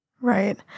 Right